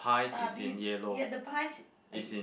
uh be the bicy~